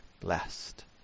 blessed